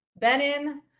Benin